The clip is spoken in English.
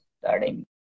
starting